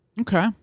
Okay